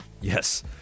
yes